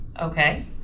Okay